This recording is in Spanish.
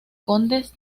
condes